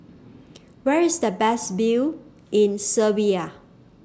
Where IS The Best View in Serbia